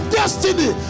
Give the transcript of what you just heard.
destiny